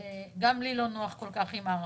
גם לי לא נוח כל כך עם ההארכות.